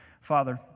Father